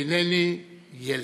אינני ילד.